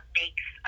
makes